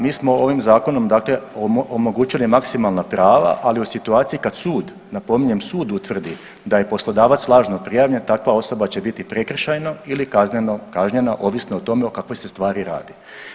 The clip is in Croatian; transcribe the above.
Mi smo ovim zakonom, dakle omogućili maksimalna prava ali u situaciji kad sud, napominjem sud utvrdi da je poslodavac lažno prijavljen takva osoba će biti prekršajno ili kazneno kažnjena ovisno o tome o kakvoj se stvari radi.